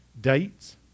dates